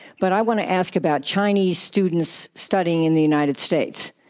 but i want to ask about chinese students studying in the united states.